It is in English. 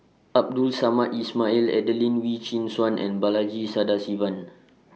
Abdul Samad Ismail Adelene Wee Chin Suan and Balaji Sadasivan